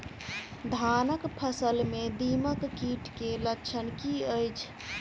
धानक फसल मे दीमक कीट केँ लक्षण की अछि?